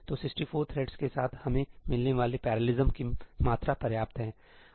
तो 64 थ्रेड्स के साथ हमें मिलने वाली पैरेललिज्म की मात्रा पर्याप्त है